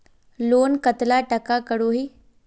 Loan कतला टाका करोही?